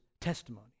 testimony